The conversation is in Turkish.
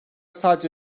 sadece